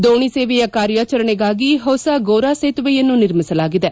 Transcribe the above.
ದೋಣಿ ಸೇವೆಯ ಕಾರ್ಯಾಚರಣೆಗಾಗಿ ಹೊಸ ಗೋರಾ ಸೇತುವೆಯನ್ನು ನಿರ್ಮಿಸಲಾಗಿದೆ